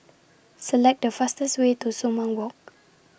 Select The fastest Way to Sumang Walk